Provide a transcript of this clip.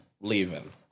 leaving